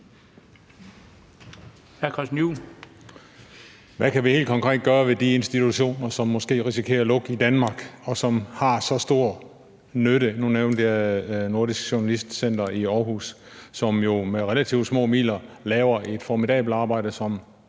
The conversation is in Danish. Hvad kan vi helt konkret gøre ved de institutioner, som måske risikerer at lukke i Danmark, og som har så stor nytte? Nu nævnte jeg Nordisk Journalistcenter i Aarhus, som jo med relativt små midler laver et formidabelt arbejde, som